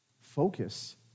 Focus